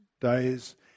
days